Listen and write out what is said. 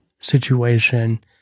situation